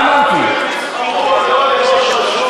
הן נבחרו, לא לראש רשות.